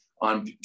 on